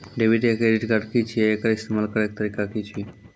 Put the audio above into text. Debit या credit card की छियै? एकर इस्तेमाल करैक तरीका की छियै?